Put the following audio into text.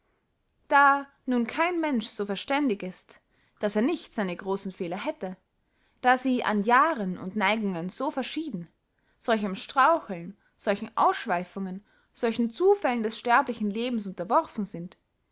da nun kein mensch so verständig ist daß er nicht seine großen fehler hätte da sie an jahren und neigungen so verschieden solchem straucheln solchen ausschweifungen solchen zufällen des sterblichen lebens unterworfen sind